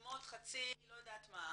מיתממות חצי לא יודעת מה.